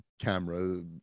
camera